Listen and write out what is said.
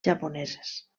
japoneses